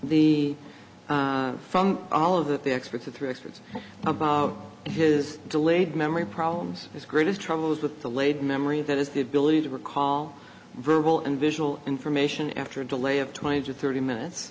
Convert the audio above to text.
the from all of that the experts the three experts about his delayed memory problems his greatest troubles with the late memory that is the ability to recall verbal and visual information after a delay of twenty to thirty minutes